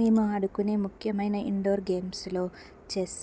మేము ఆడుకునే ముఖ్యమైన ఇండోర్ గేమ్స్లో చెస్